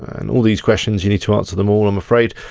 and all these questions, you need to answer them all i'm afraid.